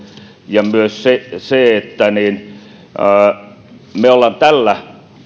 ja myös siinä että me olemme tällä